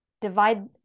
Divide